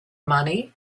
money